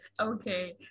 Okay